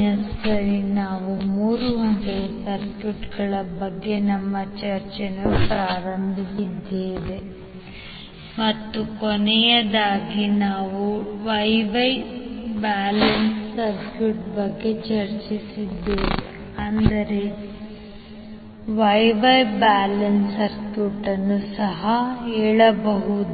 ಉಪನ್ಯಾಸದಲ್ಲಿ ನಾವು 3 ಹಂತದ ಸರ್ಕ್ಯೂಟ್ಗಳ ಬಗ್ಗೆ ನಮ್ಮ ಚರ್ಚೆಯನ್ನು ಪ್ರಾರಂಭಿಸಿದ್ದೇವೆ ಮತ್ತು ಕೊನೆಯದಾಗಿ ನಾವು Y Y ಬ್ಯಾಲೆನ್ಸ್ ಸರ್ಕ್ಯೂಟ್ ಬಗ್ಗೆ ಚರ್ಚಿಸಿದ್ದೇವೆ ಅಂದರೆ ನೀವು Y Y ಬ್ಯಾಲೆನ್ಸ್ ಸರ್ಕ್ಯೂಟ್ ಅನ್ನು ಸಹ ಹೇಳಬಹುದು